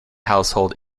household